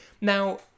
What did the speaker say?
Now